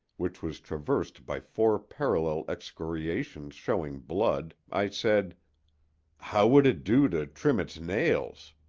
which was traversed by four parallel excoriations showing blood, i said how would it do to trim its nails?